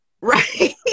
Right